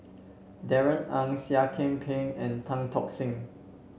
Darrell Ang Seah Kian Peng and Tan Tock Seng